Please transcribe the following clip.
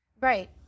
Right